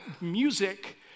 music